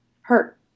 hurt